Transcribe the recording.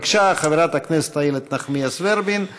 בבקשה, חברת הכנסת איילת נחמיאס ורבין.